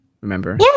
remember